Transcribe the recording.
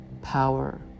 power